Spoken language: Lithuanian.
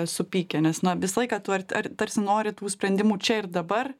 supykę nes na visą laiką tu ar t ar tarsi nori tų sprendimų čia ir dabar